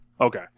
Okay